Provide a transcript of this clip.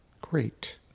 Great